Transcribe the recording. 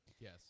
Yes